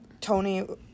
Tony